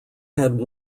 had